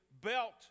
belt